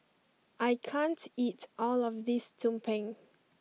I can't eat all of this Tumpeng